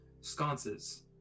sconces